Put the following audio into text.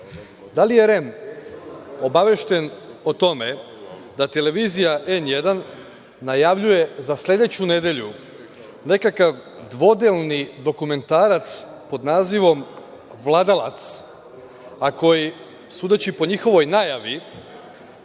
li je REM obavešten o tome da televizija N1 najavljuje za sledeću nedelju nekakav dvodelni dokumentarac pod nazivom „Vladalac“ a koji, sudeći po njihovoj najavi